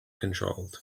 controlled